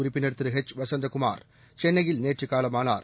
உறுப்பினர் திரு எச் வசந்தகுமார் சென்னையில் நேற்று காலமானார்